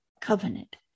covenant